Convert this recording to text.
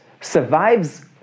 survives